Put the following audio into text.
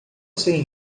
sem